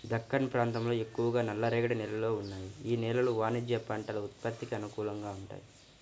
దక్కన్ ప్రాంతంలో ఎక్కువగా నల్లరేగడి నేలలు ఉన్నాయి, యీ నేలలు వాణిజ్య పంటల ఉత్పత్తికి అనుకూలంగా వుంటయ్యి